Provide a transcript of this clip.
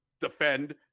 defend